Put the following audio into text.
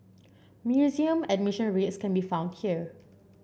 museum admission rates can be found here